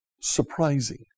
surprising